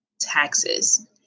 taxes